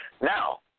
Now